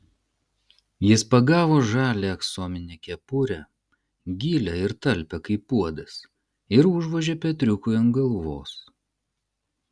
jis pagavo žalią aksominę kepurę gilią ir talpią kaip puodas ir užvožė petriukui ant galvos